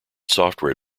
software